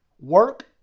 work